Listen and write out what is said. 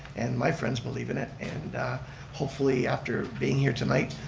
and my friends believe in it. and hopefully after being here tonight,